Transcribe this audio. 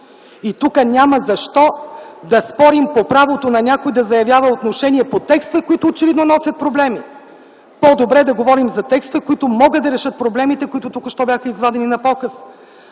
Тук няма защо да спорим по правото на някой да заявява отношение по текстове, които очевидно носят проблеми. По-добре е да говорим за текстове, които могат да решат проблемите, които току-що бяха извадени на показ.